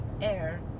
air